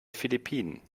philippinen